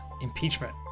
impeachment